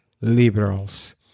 liberals